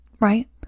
Right